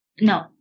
No